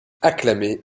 acclamé